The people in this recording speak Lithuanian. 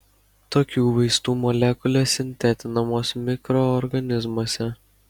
tokių vaistų molekulės sintetinamos mikroorganizmuose